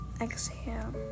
Exhale